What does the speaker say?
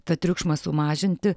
tą triukšmą sumažinti